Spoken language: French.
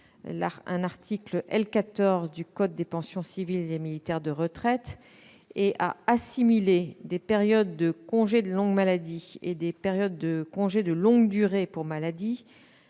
l'article L. 14 du code des pensions civiles et militaires de retraite et d'assimiler les périodes de congé de longue maladie et de congé de longue durée pour maladie